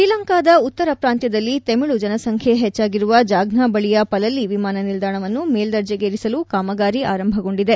ಶ್ರೀಲಂಕಾದ ಉತ್ತರ ಪ್ರಾಂತ್ಯದಲ್ಲಿ ತಮಿಳು ಜನಸಂಖ್ಯೆ ಹೆಚ್ಚಾಗಿರುವ ಜಾಫ್ಡಾ ಬಳಿಯ ಪಲಲಿ ವಿಮಾನ ನಿಲ್ದಾಣವನ್ನು ಮೇಲ್ದರ್ಜೆಗೇರಿಸಲು ಕಾಮಗಾರಿ ಆರಂಭಗೊಂಡಿದೆ